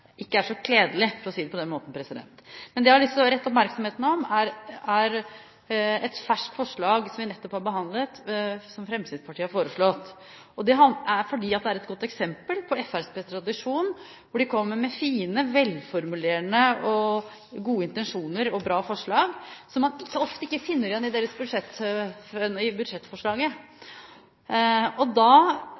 ikke er så kledelig, for å si det på den måten. Det jeg har lyst til å rette oppmerksomheten mot, er et ferskt forslag fra Fremskrittspartiet, som vi nettopp har behandlet, om mer fysisk aktivitet i skolen. Det er et godt eksempel på Fremskrittspartiets tradisjon, hvor de kommer med fine, velformulerte og gode intensjoner og bra forslag som man ofte ikke finner igjen i budsjettforslaget. Da er det særlig bekymringsfullt når man bruker sterke ord i